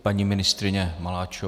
Paní ministryně Maláčová.